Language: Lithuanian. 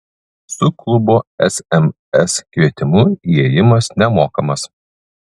su klubo sms kvietimu įėjimas nemokamas